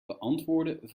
beantwoorden